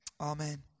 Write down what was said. Amen